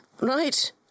right